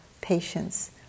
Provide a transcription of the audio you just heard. patience